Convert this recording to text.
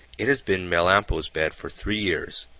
it has been melampo's bed for three years,